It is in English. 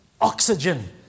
oxygen